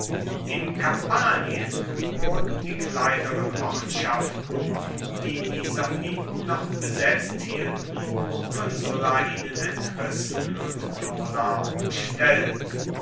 in kampanien wurden die kleineren ortschaften die die samniten noch besetzt hielten von sulla ihnen entrissen und nola umstellt